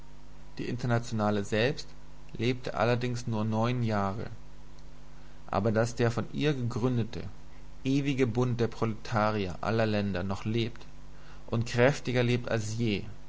die internationale selbst lebte allerdings nur neun jahre aber daß der von ihr gegründete ewige bund der proletarier aller länder noch lebt und kräftiger lebt als je